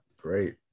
great